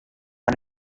har